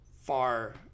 far